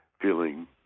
feeling